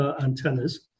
antennas